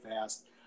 fast